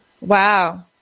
Wow